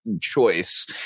choice